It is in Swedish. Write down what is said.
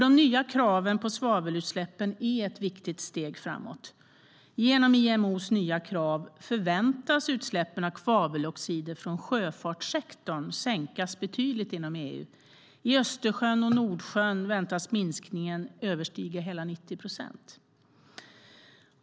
De nya kraven på svavelutsläpp är ett viktigt steg framåt. Genom IMO:s nya krav förväntas utsläppen av svaveloxider från sjöfartssektorn sänkas betydligt inom EU; i Östersjön och Nordsjön väntas minskningen överstiga hela 90 procent.